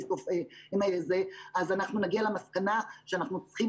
אז אנחנו נגיע למסקנה שאנחנו צריכים